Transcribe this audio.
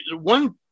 One